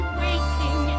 waking